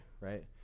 right